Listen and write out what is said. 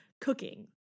Cooking